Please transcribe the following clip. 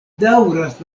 daŭras